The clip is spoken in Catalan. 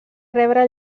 rebre